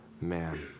man